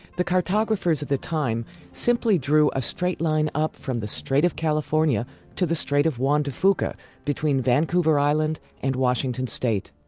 the cartographers of the time simply drew a straight line up from the strait of california to the strait of juan de fuca between vancouver island and washington state.